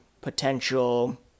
potential